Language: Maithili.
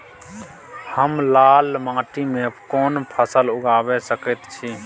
हम लाल माटी में कोन फसल लगाबै सकेत छी?